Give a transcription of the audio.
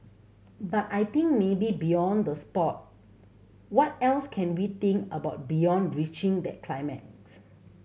but I think maybe beyond the sport what else can we think about beyond reaching that climax